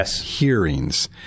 hearings